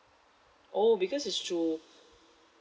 oh because it's through